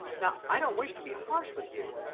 now, i don't wish to be harsh with you.